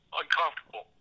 uncomfortable